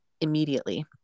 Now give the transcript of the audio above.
immediately